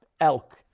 elk